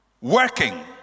working